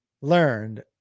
learned